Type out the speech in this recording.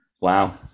wow